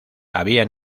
había